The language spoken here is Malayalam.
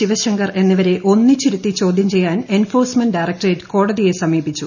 ശിവശങ്കർ എന്നിവരെ ഒന്നിച്ചിരുത്തി ചോദൃം ചെയ്യാൻ എൻഫോഴ്സ്മെന്റ് ഡയറക്ട്ടേറ്റ് കോടതിയെ സമീപിച്ചു